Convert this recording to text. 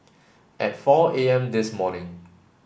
at four A M this morning